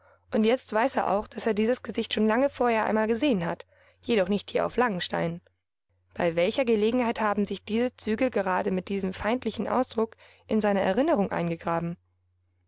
und jetzt weiß er auch daß er dies gesicht schon lange vorher einmal gesehen hat jedoch nicht hier auf langenstein bei welcher gelegenheit haben sich diese züge gerade mit diesem feindlichen eindruck in seine erinnerung eingegraben